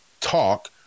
talk